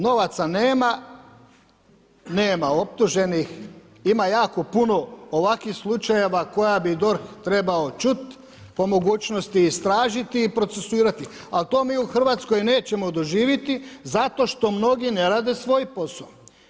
Novaca nema, nema optuženih, ima jako puno ovakvih slučajeva koje bi DORH trebao čuti, po mogućnosti istražiti i procesuirati, ali to mi u Hrvatskoj nećemo doživjeti, zato što mnogi ne rade svoj posao.